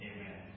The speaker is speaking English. Amen